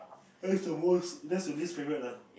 that is your most that's your least favourite ah